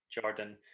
Jordan